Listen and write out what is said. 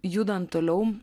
judant toliau